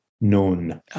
Known